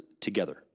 together